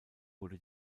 wurde